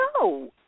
no